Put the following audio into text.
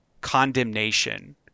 condemnation